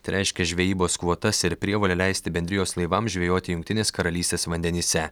tai reiškia žvejybos kvotas ir prievolę leisti bendrijos laivams žvejoti jungtinės karalystės vandenyse